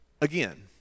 again